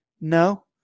no